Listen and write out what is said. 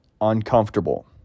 uncomfortable